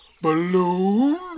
Balloon